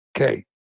Okay